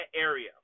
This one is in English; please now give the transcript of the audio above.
area